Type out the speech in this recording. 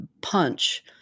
punch